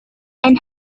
and